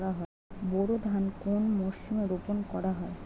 বোরো ধান কোন মরশুমে রোপণ করা হয়?